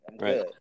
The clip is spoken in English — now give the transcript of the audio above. right